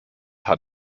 hat